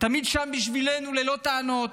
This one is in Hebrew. תמיד שם בשבילנו ללא טענות,